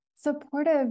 Supportive